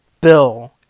bill